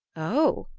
oh,